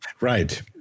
right